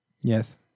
Yes